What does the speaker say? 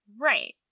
Right